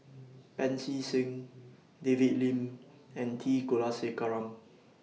Pancy Seng David Lim and T Kulasekaram